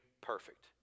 perfect